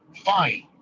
fine